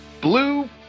Blue